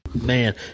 Man